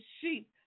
sheep